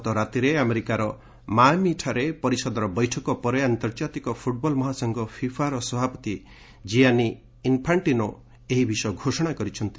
ଗତରାତିରେ ଆମେରିକାର ମାୟାମିଠାରେ ପରିଷଦର ବୈଠକ ପରେ ଆନ୍ତର୍ଜାତିକ ଫୁଟ୍ବଲ ମହାସଂଘ ଫିଫାର ସଭାପତି ଜିଆନି ଇନ୍ଫାର୍କିନୋ ଏହି ବିଷୟ ଘୋଷଣା କରିଛନ୍ତି